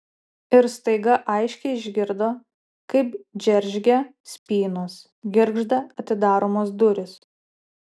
ir staiga aiškiai išgirdo kaip džeržgia spynos girgžda atidaromos durys